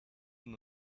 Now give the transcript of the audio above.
than